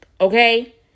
Okay